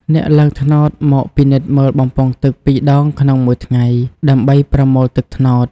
អ្នកឡើងត្នោតមកពិនិត្យមើលបំពង់ទឹកពីរដងក្នុងមួយថ្ងៃ ដើម្បីប្រមូលទឹកត្នោត។